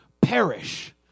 perish